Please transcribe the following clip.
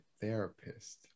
therapist